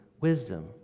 wisdom